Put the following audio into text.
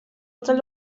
otras